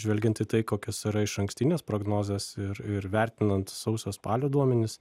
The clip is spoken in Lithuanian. žvelgiant į tai kokios yra išankstinės prognozės ir ir vertinant sausio spalio duomenis